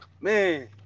Man